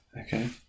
Okay